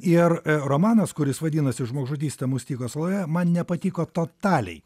ir romanas kuris vadinasi žmogžudystė mustiko saloje man nepatiko totaliai